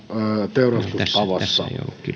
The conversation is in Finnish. teurastustavassa